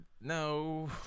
No